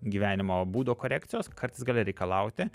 gyvenimo būdo korekcijos kartais gali reikalauti